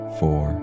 four